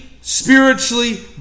spiritually